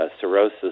cirrhosis